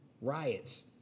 riots